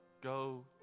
go